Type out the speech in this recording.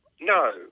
No